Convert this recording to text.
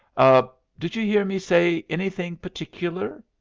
a did you hear me say anything particular?